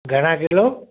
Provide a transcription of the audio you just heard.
घणा किलो